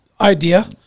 idea